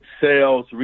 sales